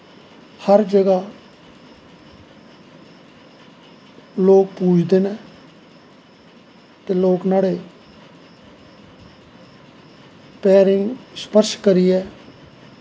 हर जगाह् लोग पूज़दे न ते लोग न्हाड़े पैरें गी स्पर्श करियै